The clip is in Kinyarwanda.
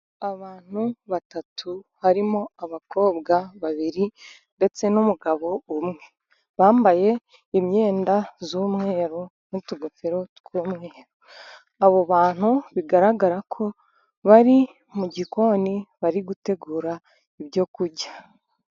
Abantu batatu harimo abakobwa babiri ndetse n'umugabo umwe, bambaye imyenda y'umweru n'utugofero twumweru, abo bantu bigaragara ko bari mu gikoni bari gutegura ibyo kurya.